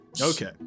Okay